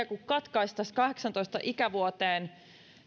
kuin katkaistaisiin kahdeksaantoista ikävuoteen